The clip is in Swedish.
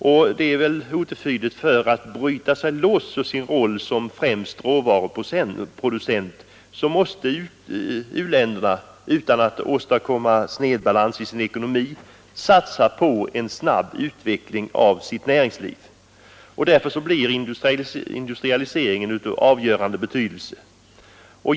Det är otvetydigt att u-länderna för att bryta sig loss från sin roll som främst råvaruproducenter måste satsa på en snabb utveckling av sitt näringsliv, dock utan att åstadkomma snedbalans i sin ekonomi. Därför blir industrialiseringen av avgörande betydelse.